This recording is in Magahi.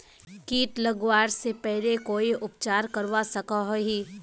किट लगवा से पहले कोई उपचार करवा सकोहो ही?